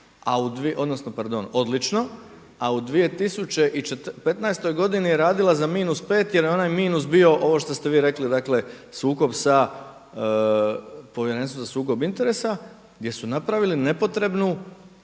A u 2015. godini je radila za minus 5 jer je onaj minus bio ovo što ste vi rekli, dakle sukob sa Povjerenstvom za sukob interesa gdje su napravili nepotreban